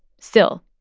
still,